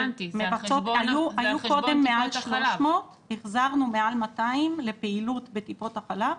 היו קודם מעל 300. החזרנו מעל 200 לפעילות בטיפות החלב.